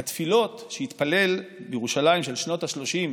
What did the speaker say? את התפילות שהתפלל בירושלים של שנות השלושים